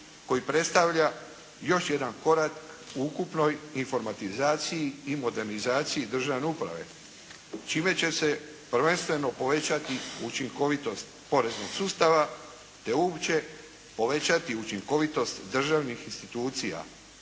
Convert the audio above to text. koji predstavlja još jedan korak u ukupnoj informatizaciji i modernizaciji državne uprave čime će se prvenstveno povećati učinkovitost poreznog sustava, te uopće povećati učinkovitost državnih institucija,